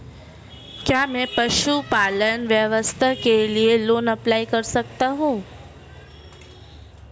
क्या मैं पशुपालन व्यवसाय के लिए लोंन अप्लाई कर सकता हूं?